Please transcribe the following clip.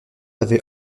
avait